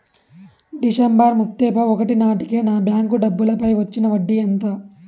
December ముప్పై ఒకటి నాటేకి నా బ్యాంకు డబ్బుల పై వచ్చిన వడ్డీ ఎంత?